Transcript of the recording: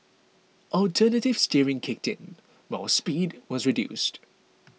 alternative steering kicked in while speed was reduced